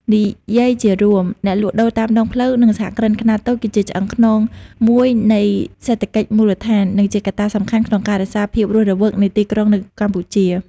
និយាយជារួម អ្នកលក់ដូរតាមដងផ្លូវ និងសហគ្រិនភាពខ្នាតតូច គឺជាឆ្អឹងខ្នងមួយនៃសេដ្ឋកិច្ចមូលដ្ឋាន និងជាកត្តាសំខាន់ក្នុងការរក្សាភាពរស់រវើកនៃទីក្រុងនៅកម្ពុជា ។